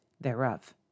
thereof